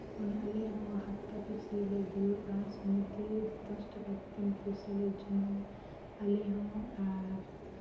ᱚᱱᱟ ᱟᱞᱮ ᱦᱚᱸ ᱦᱟᱯᱛᱟ ᱯᱤᱪᱷᱤ ᱞᱮ ᱫᱩᱲᱩᱵᱼᱟ ᱥᱚᱢᱤᱛᱤ ᱫᱚᱥ ᱴᱟᱠᱟ ᱠᱟᱛᱮᱫ ᱯᱚᱭᱥᱟ ᱞᱮ ᱡᱚᱢᱟᱭᱟ ᱟᱞᱮ ᱦᱚᱸ ᱟᱨ